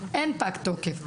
אין פג תוקף.